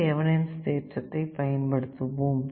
மீண்டும் தேவனின்ஸ் தேற்றத்தை பயன்படுத்துவோம்